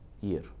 year